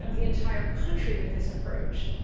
ah the entire country with this approach.